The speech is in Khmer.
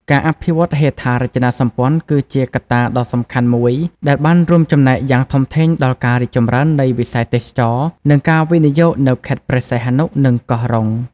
ការអភិវឌ្ឍហេដ្ឋារចនាសម្ព័ន្ធ គឺជាកត្តាដ៏សំខាន់មួយដែលបានរួមចំណែកយ៉ាងធំធេងដល់ការរីកចម្រើននៃវិស័យទេសចរណ៍ និងការវិនិយោគនៅខេត្តព្រះសីហនុ និងកោះរ៉ុង។